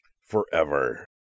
forever